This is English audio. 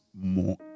more